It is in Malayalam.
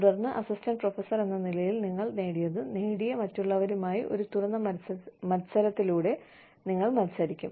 തുടർന്ന് അസിസ്റ്റന്റ് പ്രൊഫസർ എന്ന നിലയിൽ നിങ്ങൾ നേടിയത് നേടിയ മറ്റുള്ളവരുമായി ഒരു തുറന്ന മത്സരത്തിലൂടെ നിങ്ങൾ മത്സരിക്കും